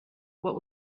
what